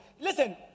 Listen